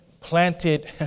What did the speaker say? planted